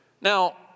Now